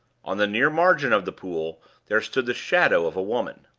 on the near margin of the pool there stood the shadow of a woman.